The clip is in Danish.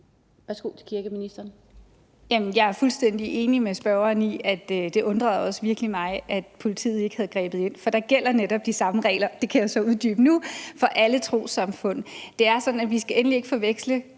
(Joy Mogensen): Jamen jeg er fuldstændig enig med spørgeren i det, og det undrede også virkelig mig, at politiet ikke havde grebet ind. For der gælder netop de samme regler – det kan jeg så uddybe nu – for alle trossamfund. Det er sådan, at vi endelig ikke skal forveksle